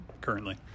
currently